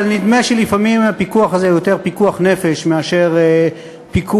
אבל נדמה שלפעמים הפיקוח הזה הוא יותר פיקוח נפש מאשר פיקוח.